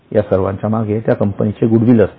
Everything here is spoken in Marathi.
या सर्वांच्या मागे त्या कंपनीचे गुडविल असते